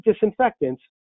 disinfectants